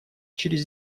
через